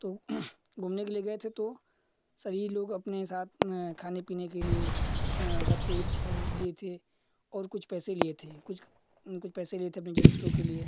तो घूमने के लिए गए थे तो सभी लोग अपने साथ खाने पीने के लिए घर से ही लिए थे और कुछ पैसे लिए थे कुछ कुछ पैसे लिए थे अपनी जरूरतों के लिए